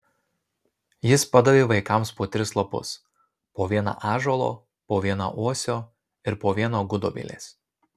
jis padavė vaikams po tris lapus po vieną ąžuolo po vieną uosio ir po vieną gudobelės